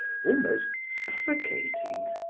almost suffocating.